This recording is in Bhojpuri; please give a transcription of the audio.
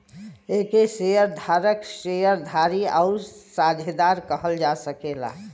एके शेअर धारक, शेअर धारी आउर साझेदार कहल जा सकेला